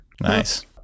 Nice